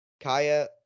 Kaya